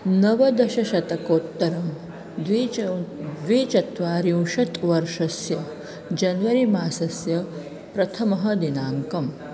नवदशशतकोत्तरं द्विचौ द्विचत्वारिंशत् वर्षस्य जन्वरि मासस्य प्रथमः दिनाङ्कः